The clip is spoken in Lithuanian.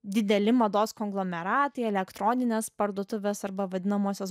dideli mados konglomeratai elektroninės parduotuvės arba vadinamosios